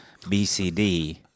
BCD